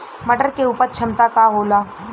मटर के उपज क्षमता का होला?